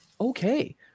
okay